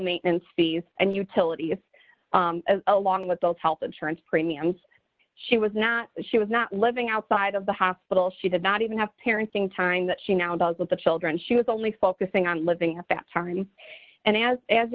maintenance fees and utilities along with those health insurance premiums she was not she was not living outside of the hospital she did not even have parenting time that she now does with the children she was only focusing on living at that time and as